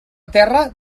terra